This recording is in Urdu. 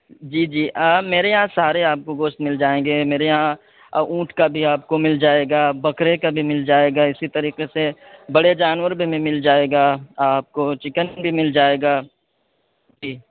جی جی میرے یہاں سارے آپ کو گوشت مل جائیں گے میرے یہاں اونٹ کا بھی آپ کو مل جائے گا بکرے کا بھی مل جائے گا اسی طریقے سے بڑے جانور میں بھی مل جائے گا آپ کو چکن بھی مل جائے گا جی